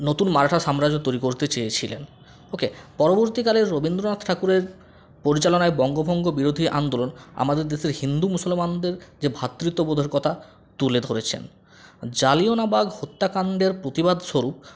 নতুন মারাঠা সাম্রাজ্য তৈরি করতে চেয়েছিলেন ওকে পরবর্তীকালে রবীন্দ্রনাথ ঠাকুরের পরিচালনায় বঙ্গভঙ্গ বিরোধী আন্দোলন আমাদের দেশের হিন্দু মুসলমানদের যে ভ্রাতৃত্ববোধের কথা তুলে ধরেছেন জালিয়ান ওয়ালাবাগ হত্যাকাণ্ডের প্রতিবাদস্বরূপ